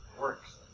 works